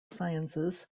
sciences